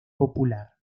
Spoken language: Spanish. popular